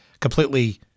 completely